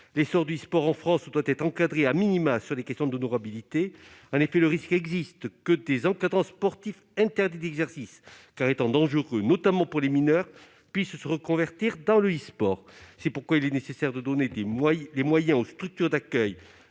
L'essor du e-sport en France doit être encadré,, sur les questions d'honorabilité. En effet, le risque existe que des encadrants sportifs interdits d'exercice, car ils sont dangereux notamment pour les mineurs, puissent se reconvertir dans le e-sport. C'est pourquoi il est nécessaire de donner les moyens aux structures d'accueil